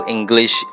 English